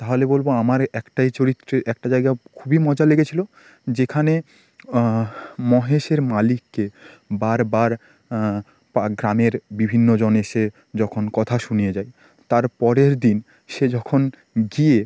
তাহলে বলব আমার একটাই চরিত্রে একটা জায়গা খুবই মজা লেগেছিল যেখানে মহেশের মালিককে বারবার পা গ্রামের বিভিন্নজন এসে যখন কথা শুনিয়ে যায় তার পরের দিন সে যখন গিয়ে